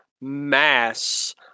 mass